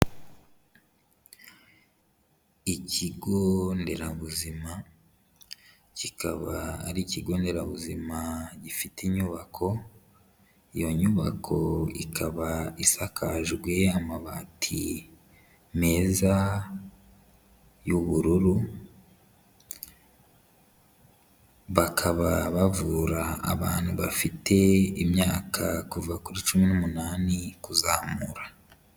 Ikigo nderabuzima, kikaba ari ikigo nderabuzima gifite inyubako, iyo nyubako ikaba isakajwe amabati meza y'ubururu, bakaba bavura abantu bafite imyaka kuva kuri cumi n'umunani kuzamura.